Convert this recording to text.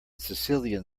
sicilian